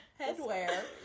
Headwear